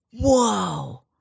Whoa